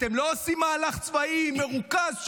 אתם לא עושים מהלך צבאי מרוכז,